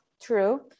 True